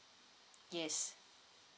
yes